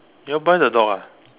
you want buy the dog ah